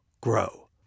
grow